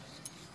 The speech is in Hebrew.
בפשיעה.